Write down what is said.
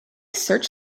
search